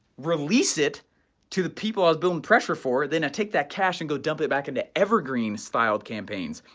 release it to the people i was building pressure for. then i take that cash and go dump it back into evergreen styled campaigns,